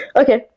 okay